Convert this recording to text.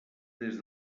des